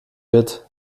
wird